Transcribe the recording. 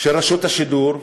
של רשות השידור,